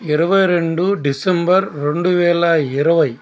ఇరవై రెండు డిసెంబర్ రెండువేల ఇరవై